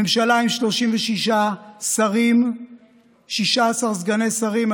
ממשלה עם 36 שרים ו-16 סגני שרים.